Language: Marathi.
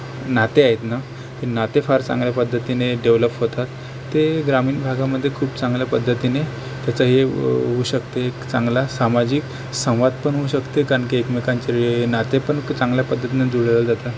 नाते आहेत ना हे नाते फार चांगल्या पद्धतीने डेव्हलफ होतात ते ग्रामीण भागामध्ये खूप चांगल्या पद्धतीने त्याचं हे होऊ शकतं ते एक चांगला सामाजिक संवाद पण होऊ शकते कारण की एकमेकांचे नाते पण चांगल्या पद्धतीने जुळलं जातं